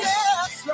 Yes